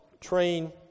train